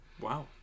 Wow